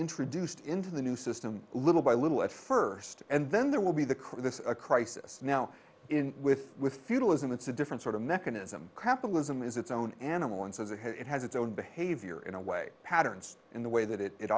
introduced into the new system little by little at first and then there will be the core this crisis now in with with feudalism it's a different sort of mechanism capitalism is its own animal and so it has its own behavior in a way patterns in the way that it